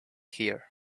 here